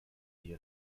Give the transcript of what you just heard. die